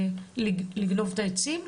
לגנוב את העצים?